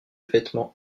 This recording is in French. vêtements